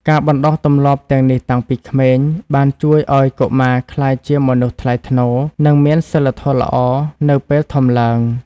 ការបណ្តុះទម្លាប់ទាំងនេះតាំងពីក្មេង បានជួយឱ្យកុមារក្លាយជាមនុស្សថ្លៃថ្នូរ និងមានសីលធម៌ល្អនៅពេលធំឡើង។